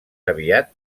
aviat